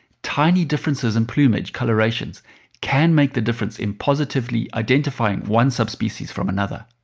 tiny differences in plumage colorations can make the difference in positively identifying one sub-species from another.